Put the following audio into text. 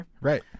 right